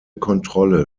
kontrolle